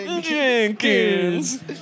Jenkins